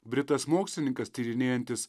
britas mokslininkas tyrinėjantis